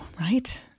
right